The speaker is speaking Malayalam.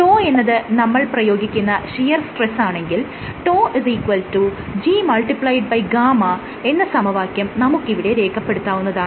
τ എന്നത് നമ്മൾ പ്രയോഗിക്കുന്ന ഷിയർ സ്ട്രെസ് ആണെങ്കിൽ τ Gγ എന്ന് സമവാക്യം നമുക്കിവിടെ രേഖപെടുത്താവുന്നതാണ്